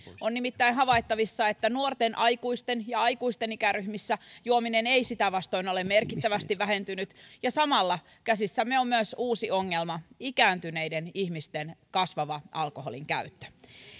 on nimittäin havaittavissa että nuorten aikuisten ja aikuisten ikäryhmissä juominen ei sitä vastoin ole merkittävästi vähentynyt ja samalla käsissämme on myös uusi ongelma ikääntyneiden ihmisten kasvava alkoholinkäyttö